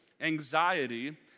anxiety